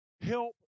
help